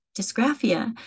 dysgraphia